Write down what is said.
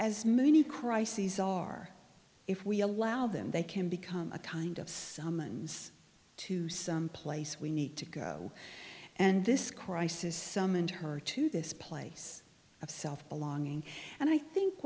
as many crises are if we allow them they can become a kind of summons to some place we need to go and this crisis summoned her to this place of self belonging and i think